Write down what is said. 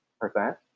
percent